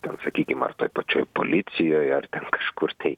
ten sakykim ar toj pačioj policijoj ar ten kažkur tai